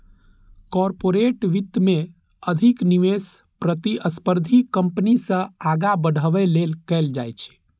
corporate वित्त मे अधिक निवेश प्रतिस्पर्धी कंपनी सं आगां बढ़ै लेल कैल जाइ छै